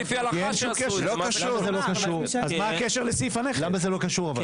למה זה לא קשור?